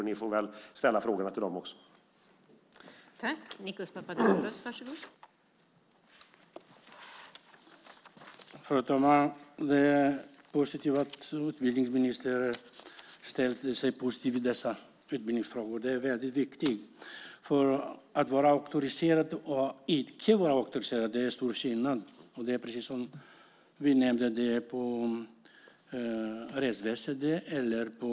Sedan får ni väl ställa era frågor också till dem.